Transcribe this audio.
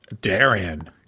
Darian